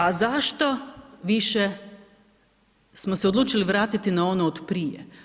A zašto više smo se odlučili vratiti na ono od prije?